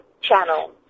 Channel